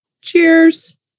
Cheers